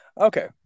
okay